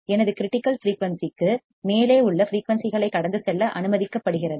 எனது கிரிட்டிக்கல் ஃபிரீயூன்சிற்கு மேலே உள்ள ஃபிரீயூன்சிகளை கடந்து செல்ல அனுமதிக்கப்படுகிறது